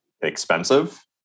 expensive